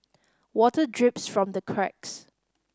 water drips from the cracks